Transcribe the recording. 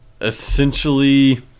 essentially